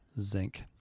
zinc